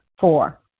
four